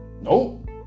nope